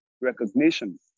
recognition